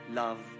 love